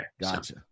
Gotcha